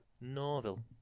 Norville